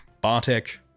Bartek